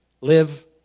Live